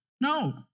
No